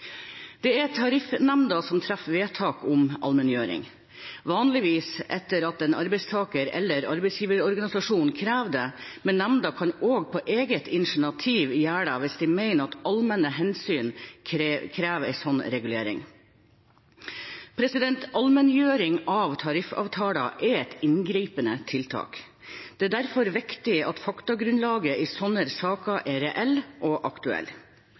Det er Tariffnemnda som treffer vedtak om allmenngjøring, vanligvis etter at en arbeidstaker- eller arbeidsgiverorganisasjon krever det, men nemnda kan også på eget initiativ gjøre det hvis de mener at allmenne hensyn krever en slik regulering. Allmenngjøring av tariffavtaler er et inngripende tiltak. Det er derfor viktig at faktagrunnlaget i slike saker er reelle og